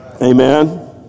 Amen